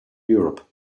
europe